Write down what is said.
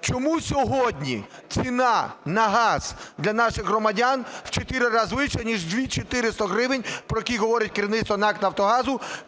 Чому сьогодні ціна на газ для наших громадян у 4 рази вище, ніж 2400 гривень, про які говорить керівництво НАК "Нафтогазу"?